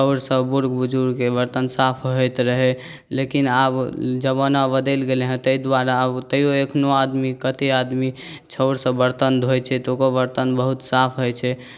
छाउर सऽ बूढ़ बुजुर्गके बर्तन साफ होइत रहै लेकिन आब जबाना बदलि गेलै हेँ ताहि दुआरे आब तैयो एखनो आदमी कते आदमी छाउर सऽ बर्तन धोए छै तऽ ओकर बर्तन बहुत साफ होइ छै